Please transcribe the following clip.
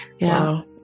Wow